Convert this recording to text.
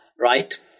right